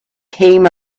came